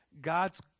God's